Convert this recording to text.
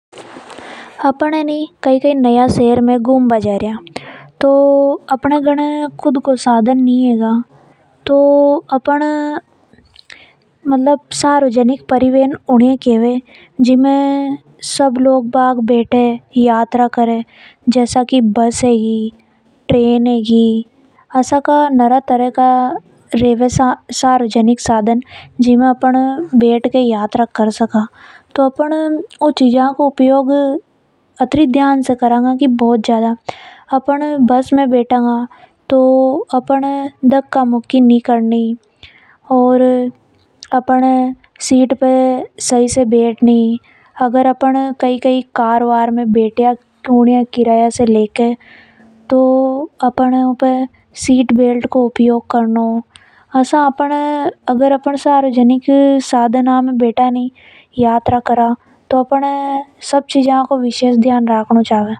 अपन कभी नया शहर में गुम्बा जा रिया और अपने पास कूद का सादन नि हेगआ। तो अपन वहां पे सार्वजनिक परिवहन या साधन को ये तो जाना ही है। ये वे साधन होवे जिनमे सब लोग बैठकर यात्रा करे। जसा की बस होगी ट्रेन है आसा का नरा तरह का सार्वजनिक साधन रेवे जो घणा काम का है। अपन ने इन साधन में घनों ध्यान रख नो चाव जैसा की इनमें साफ सफाई रखनी धक्का मुक्की नि करनी ध्यान से बैठना। अन सब को ध्यान रखनऊ चाव। और सीट पर भी सही से बैठ नि। अपन ए सब चीज़ को ध्यान रखनऊ चाव।